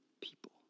people